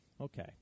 Okay